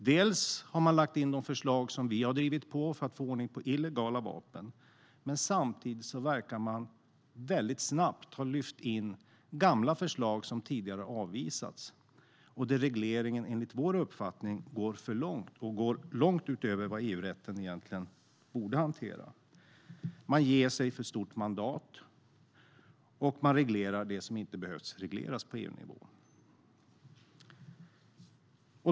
Man har lagt in de förslag vi har drivit på för att få ordning på illegala vapen, men samtidigt verkar man väldigt snabbt ha lyft in gamla förslag som tidigare avvisats och där regleringen enligt vår uppfattning går för långt - långt utöver vad EU-rätten egentligen borde hantera. Man ger sig för stort mandat, och man reglerar det som inte behöver regleras på EU-nivå.